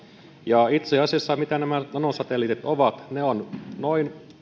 ja mitä nämä nanosatelliitit itse asiassa ovat niin ne ovat noin